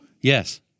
Yes